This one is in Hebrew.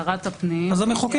שרת הפנים בהתייעצות עם --- אז המחוקק